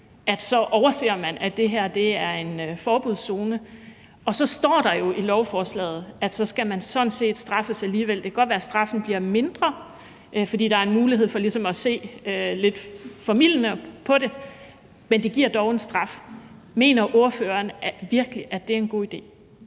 overser man, at det her er en forbudszone? Og så står der jo i lovforslaget, at man sådan set skal straffes alligevel. Det kan godt være, at straffen bliver mindre, fordi der er en mulighed for at se lidt formildende på det, men det giver dog en straf. Mener ordføreren virkelig, at det er en god idé?